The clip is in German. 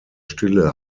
stille